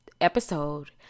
episode